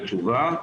שמתקבלת תשובה,